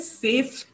safe